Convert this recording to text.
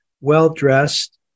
well-dressed